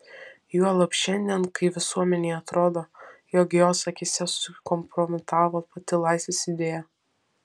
juolab šiandien kai visuomenei atrodo jog jos akyse susikompromitavo pati laisvės idėja